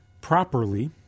properly